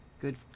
good